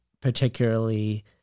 particularly